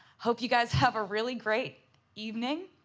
hope you guys have a really great evening.